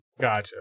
gotcha